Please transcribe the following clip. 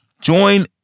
join